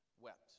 wept